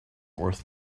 worth